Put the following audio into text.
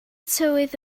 tywydd